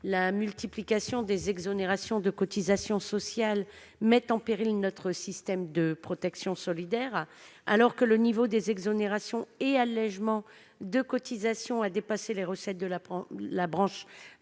la multiplication des exonérations de cotisations sociales met en péril notre système de protection solidaire. Alors que le niveau des exonérations et allégements de cotisations a dépassé les recettes de la branche famille,